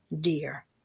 dear